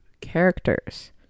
characters